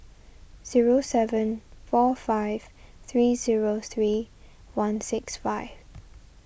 zero seven four five three zero three one six five